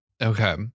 Okay